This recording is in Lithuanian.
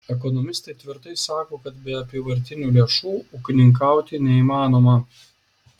ekonomistai tvirtai sako kad be apyvartinių lėšų ūkininkauti neįmanoma